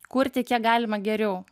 kurti kiek galima geriau